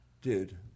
dude